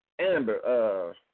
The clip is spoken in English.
Amber